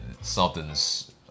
something's